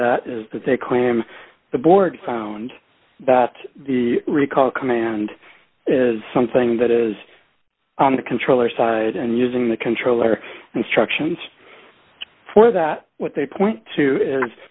that is that they claim the board found that the recall command is something that is on the controller side and using the controller instructions for that what they point to